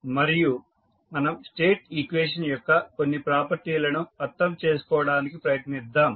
మరియు మనం state equation యొక్క కొన్ని ప్రాపర్టీస్ ను అర్థం చేసుకోవడానికి ప్రయత్నిద్దాం